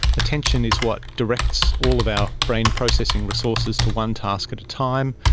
attention is what directs all of our brain processing resources to one task at a time.